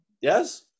Yes